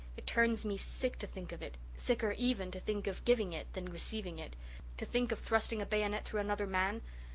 it turns me sick to think of it sicker even to think of giving it than receiving it to think of thrusting a bayonet through another man.